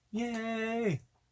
yay